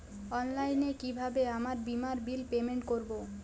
অনলাইনে কিভাবে আমার বীমার বিল পেমেন্ট করবো?